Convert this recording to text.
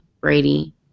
Brady